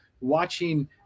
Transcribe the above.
watching